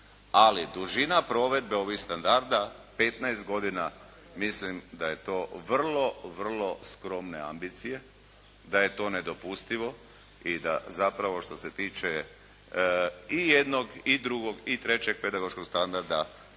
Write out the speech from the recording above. ali dužina provedbe ovih standarda 15 godina. Mislim da je to vrlo, vrlo skromne ambicije, da je to nedopustivo i da zapravo što se tiče i jednog i drugog i trećeg pedagoškog standarda